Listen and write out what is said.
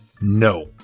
No